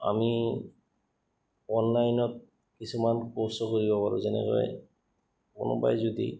আমি অনলাইনত কিছুমান কৰ্চো কৰিব পাৰোঁ যেনেকৈ কোনোবাই যদি